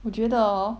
我觉得 orh